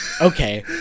Okay